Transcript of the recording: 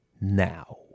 Now